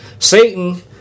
Satan